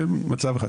זה מצב אחד.